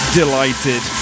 delighted